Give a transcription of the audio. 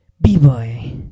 B-Boy